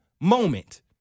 moment